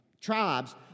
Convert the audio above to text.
tribes